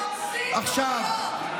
המחבלים גזענים.